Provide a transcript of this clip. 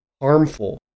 harmful